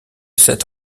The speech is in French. sept